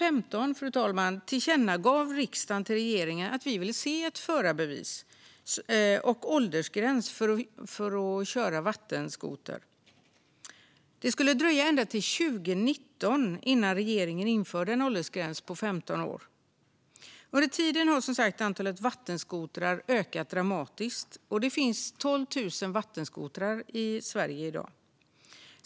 År 2015 tillkännagav vi i riksdagen för regeringen att vi ville se ett förarbevis och en åldersgräns för att köra vattenskoter. Det skulle dröja ända till 2019 innan regeringen införde en åldersgräns på 15 år. Under tiden har som sagt antalet vattenskotrar ökat dramatiskt. Det finns i dag 12 000 vattenskotrar i Sverige.